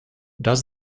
does